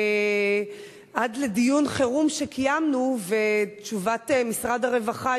ועד לדיון חירום שקיימנו תשובת משרד הרווחה